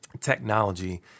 technology